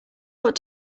what